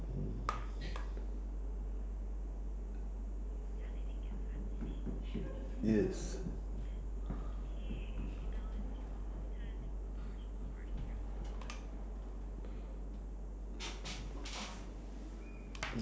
yes